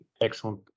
Excellent